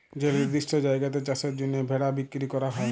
যে লিরদিষ্ট জায়গাতে চাষের জ্যনহে ভেড়া বিক্কিরি ক্যরা হ্যয়